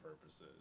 purposes